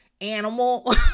animal